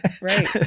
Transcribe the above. right